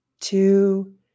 two